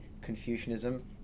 Confucianism